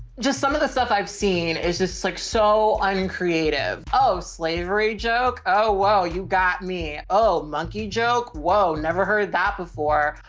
just some of the stuff i've i've seen is just like so uncreative. oh, slavery joke. oh whoa, you got me. oh, monkey joke. whoa. never heard that before.